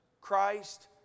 Christ